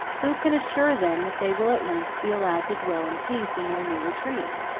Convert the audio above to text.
who can assure them that they will at length be allowed to dwell in peace in their new retreat?